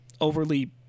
overly